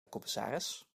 commissaris